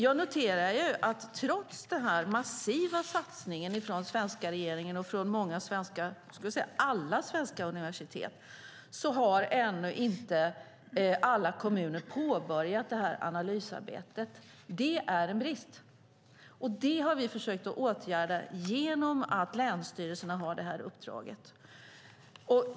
Jag noterar att trots den massiva satsningen från regeringen och från samtliga svenska universitet har alla kommuner ännu inte påbörjat analysarbetet. Det är en brist, och den har vi försökt åtgärda genom att ge länsstyrelserna detta uppdrag.